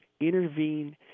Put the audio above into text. intervene